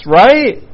right